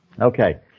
Okay